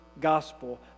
gospel